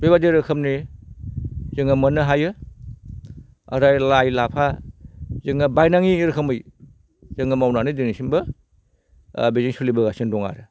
बेबायदि रोखोमनि जोङो मोननो हायो आरो लाइ लाफा जोङो बायनाङि रोखोमै जोङो मावनानै दिनैसिमबो बेजोंनो सोलिबोगासिनो दं आरो